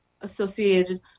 associated